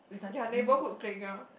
your neighbourhood playground